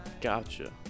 Gotcha